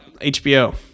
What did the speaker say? HBO